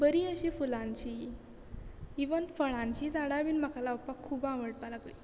बरी अशी फुलांची इवन फळांची झाडां बीन म्हाका लावपाक खूब आवडपा लागलीं